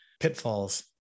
pitfalls